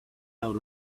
out